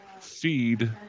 feed